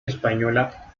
española